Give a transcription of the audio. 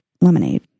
lemonade